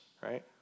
right